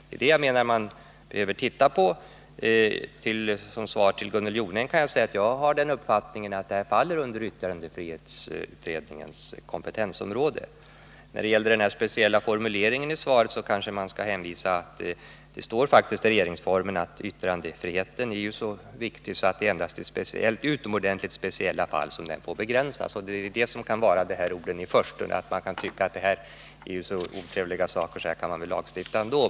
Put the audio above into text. Det är det jag menar att man behöver titta på. Som svar till Gunnel Jonäng kan jag säga att jag har den uppfattningen att den här frågan faller inom yttrandefrihetsutredningens kompetensområde. När det gäller den speciella formuleringen i svaret kanske man skall hänvisa till att det faktiskt står i regeringsformen att yttrandefriheten är så viktig att det endast är i utomordentligt speciella fall som den får begränsas. Här rör det sig om så obehagliga saker att man i förstone kan tycka att man kan lagstifta ändå.